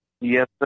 Yes